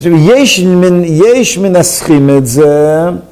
יש מנ... יש מנסחים את זה...